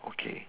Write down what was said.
okay